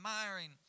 admiring